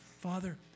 Father